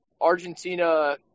Argentina